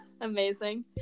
Amazing